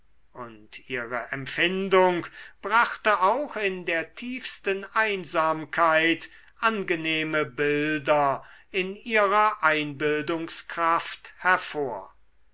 und ihre empfindung brachte auch in der tiefsten einsamkeit angenehme bilder in ihrer einbildungskraft hervor